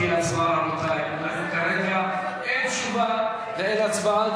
כרגע אין תשובה ואין הצבעה.